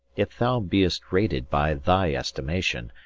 if thou be'st rated by thy estimation,